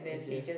okay